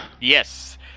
Yes